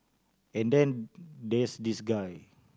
and then there's this guy